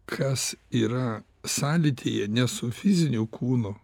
kas yra sąlytyje ne su fiziniu kūnu